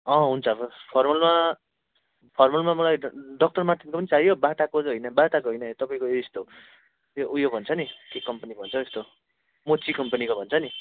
हुन्छ फर्मलमा फर्मलमा मलाई डाक्टर मार्टिनको पनि चाहियो बाटाको चाहिँ होइन बाटाको होइन तपाईँको यस्तो त्यो उयो भन्छ नि के कम्पनी भन्छ हौ यस्तो मोची कम्पनीको भन्छ नि